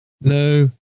no